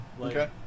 Okay